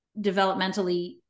developmentally